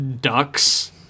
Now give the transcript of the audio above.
ducks